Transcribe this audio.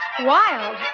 Wild